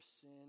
sin